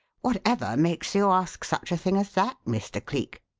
whatever makes you ask such a thing as that, mr. cleek?